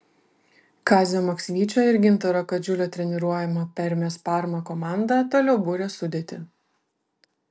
kazio maksvyčio ir gintaro kadžiulio treniruojama permės parma komanda toliau buria sudėtį